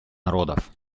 народов